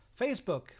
Facebook